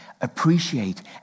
appreciate